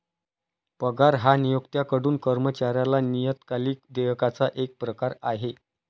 पगार हा नियोक्त्याकडून कर्मचाऱ्याला नियतकालिक देयकाचा एक प्रकार आहे